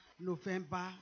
November